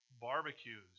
barbecues